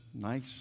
nice